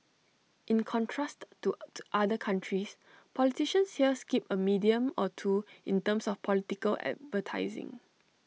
in contrast to other countries politicians here skip A medium or two in terms of political advertising